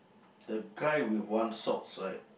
the guy with one socks right